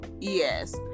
yes